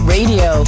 Radio